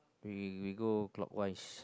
we we we go clockwise